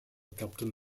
captain